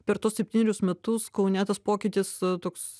per tuos septynerius metus kaune tas pokytis toks